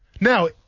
Now